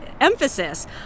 emphasis